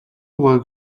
гуайг